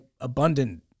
abundant